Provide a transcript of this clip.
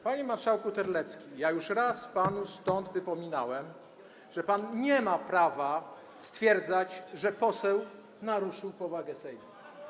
Panie marszałku Terlecki, ja już raz panu stąd wypominałem, że pan nie ma prawa stwierdzać, że poseł naruszył powagę Sejmu.